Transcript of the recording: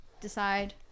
decide